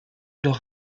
doch